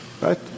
right